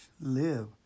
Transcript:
live